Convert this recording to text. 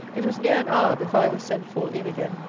it was near an hour before i was sent for in again.